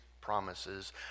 promises